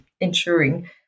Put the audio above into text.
ensuring